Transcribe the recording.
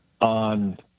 on